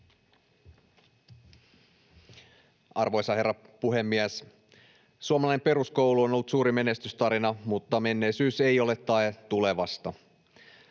Arvoisa herra puhemies! Suomalainen peruskoulu on ollut suuri menestystarina, mutta menneisyys ei ole tae tulevasta.